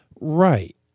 Right